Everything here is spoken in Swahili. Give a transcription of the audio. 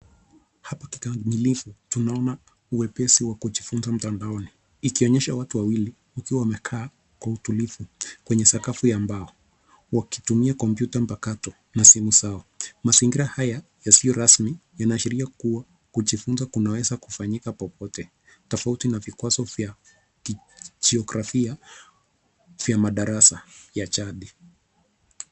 Hapa kikamilifu tunaona uwepesi wa kujifunza mtandaoni ikionyesha watu wawili wakiwa wamekaa kwa utulivu kwenye sakafu ya mbao wakitumia kompyuta mpakato na simu zao. Mazingira haya yasiyo rasmi yanaashiria kuwa kujifunza kunaweza fanyika popote tofauti na vikwazo vya kijiografia vya madarasa ya jadi.